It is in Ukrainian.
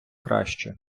краще